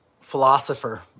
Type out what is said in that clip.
philosopher